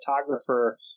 photographer